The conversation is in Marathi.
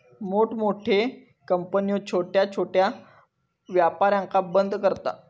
मोठमोठे कंपन्यो छोट्या छोट्या व्यापारांका बंद करता